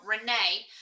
Renee